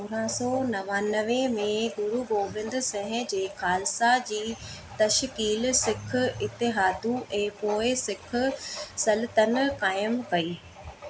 सोरहां सौ नवानवे में गुरू गोबिंद सिंह जे ख़ालसा जी तशकील सिख इतिहादु ऐं पोएं सिख सल्तनत क़ाइमु कई